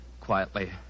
quietly